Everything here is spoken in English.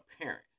parent